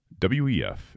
WEF